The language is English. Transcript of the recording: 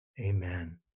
amen